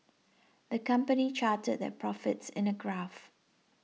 the company charted their profits in a graph